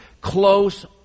close